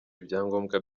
ibyangombwa